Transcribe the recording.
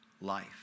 Life